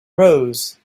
rose